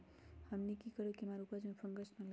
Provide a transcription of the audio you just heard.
हमनी की करू की हमार उपज में फंगस ना लगे?